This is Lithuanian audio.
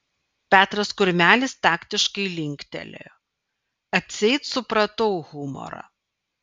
petras kurmelis taktiškai linktelėjo atseit supratau humorą